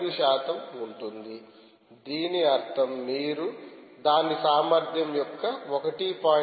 5 శాతం ఉంటుంది దీని అర్థం మీరు దాని సామర్థ్యం యొక్క 1